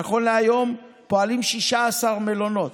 נכון להיום פועלים 16 מלונות.